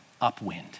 upwind